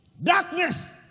Darkness